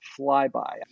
flyby